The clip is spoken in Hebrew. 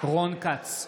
רון כץ,